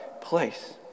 place